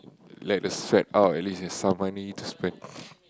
let the sweat out at least you've some money to spend